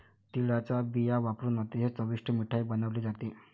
तिळाचा बिया वापरुन अतिशय चविष्ट मिठाई बनवली जाते